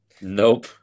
nope